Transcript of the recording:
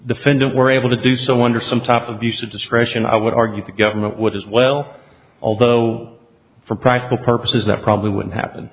defendant were able to do so under some top of use of discretion i would argue the government would as well although for practical purposes that probably wouldn't happen